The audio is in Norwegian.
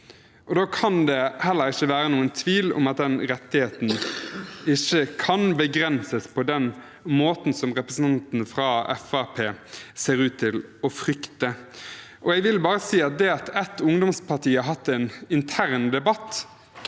Da kan det heller ikke være noen tvil om at den rettigheten ikke kan begrenses på den måten som representanten fra Fremskrittspartiet ser ut til å frykte. Jeg vil bare si at det at et ungdomsparti har hatt en intern debatt,